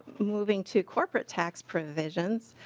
moving to corporate tax provisions